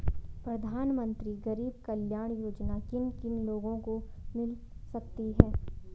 प्रधानमंत्री गरीब कल्याण योजना किन किन लोगों को मिल सकती है?